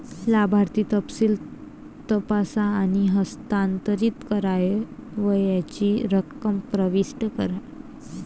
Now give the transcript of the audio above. लाभार्थी तपशील तपासा आणि हस्तांतरित करावयाची रक्कम प्रविष्ट करा